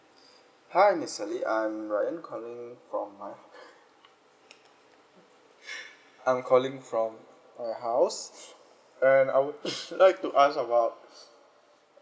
hi miss S A L L Y I'm R Y A N calling from my I'm calling from my house and I would like to ask about